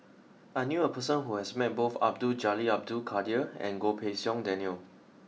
I knew a person who has met both Abdul Jalil Abdul Kadir and Goh Pei Siong Daniel